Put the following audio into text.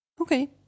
Okay